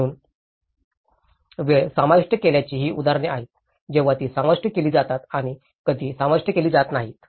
म्हणून वेळ समाविष्ट केल्याची ही उदाहरणे आहेत जेव्हा ती समाविष्ट केली जातात आणि कधी समाविष्ट केली जात नाहीत